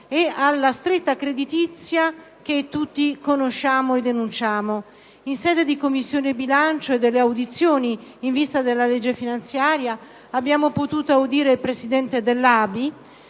e alla stretta creditizia che tutti conosciamo e denunciamo. In Commissione bilancio, durante le audizioni in vista della legge finanziaria, abbiamo potuto ascoltare il Presidente dell'ABI,